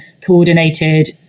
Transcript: coordinated